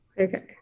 Okay